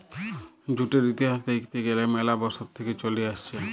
জুটের ইতিহাস দ্যাখতে গ্যালে ম্যালা বসর থেক্যে চলে আসছে